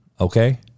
okay